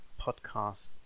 podcast